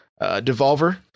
devolver